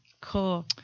Cool